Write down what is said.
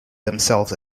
themselves